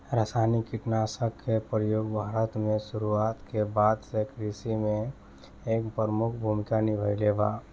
रासायनिक कीटनाशक के प्रयोग भारत में शुरुआत के बाद से कृषि में एक प्रमुख भूमिका निभाइले बा